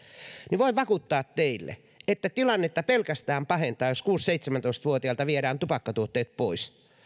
niin voin vakuuttaa teille että tilannetta pelkästään pahentaa se jos kuusitoista viiva seitsemäntoista vuotiaalta viedään tupakkatuotteet pois